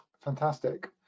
fantastic